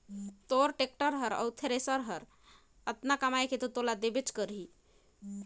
तोर टेक्टर हर अउ थेरेसर हर अतना कमाये के तोला तो देबे करही